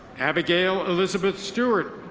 abigail elizabeth stewart.